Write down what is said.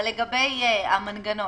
לגבי המנגנון.